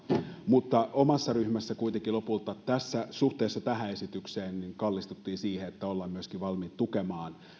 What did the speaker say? mutta omassa ryhmässäni kuitenkin lopulta suhteessa tähän esitykseen kallistuttiin siihen että ollaan myöskin valmiit tukemaan